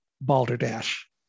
Balderdash